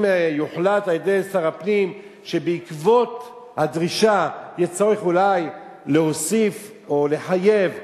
אם יוחלט על-ידי שר הפנים שבעקבות הדרישה יש צורך אולי להוסיף או לחייב,